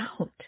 out